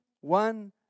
one